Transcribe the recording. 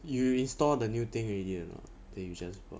you install the new thing already or not that you just bought